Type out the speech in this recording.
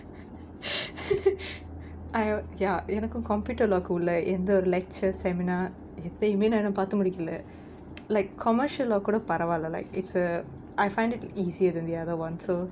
err ya எனக்கு:enakku computer log உள்ள எந்த ஒரு:ulla entha oru lecture seminar எதையுமே நான் இன்னும் பாத்து முடிக்கல:ethayumae naan innum patthu mudikkala like commercial leh கூட பரவால:kooda paravaala like it's err I find it easier than the other one so